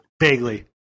Vaguely